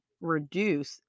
reduce